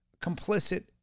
complicit